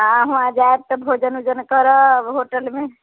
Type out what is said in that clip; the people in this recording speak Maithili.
आ वहाँ जाएब तऽ भोजन ओजन करब होटलमे